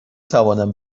توانم